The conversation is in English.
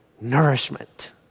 nourishment